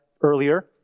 earlier